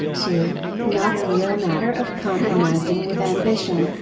too, not a real matter of compromising with ambition,